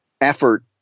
effort